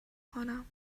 کنم